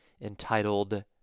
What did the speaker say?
entitled